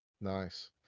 nice